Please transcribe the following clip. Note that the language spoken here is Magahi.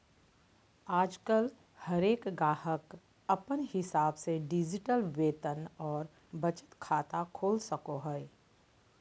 आजकल हरेक गाहक अपन हिसाब से डिजिटल वेतन और बचत खाता खोल सको हय